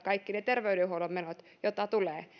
kaikki ne terveydenhuollon menot joita tulee